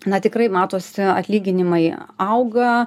na tikrai matosi atlyginimai auga